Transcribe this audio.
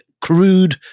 crude